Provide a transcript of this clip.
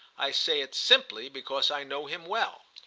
i say it simply because i know him well.